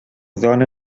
dona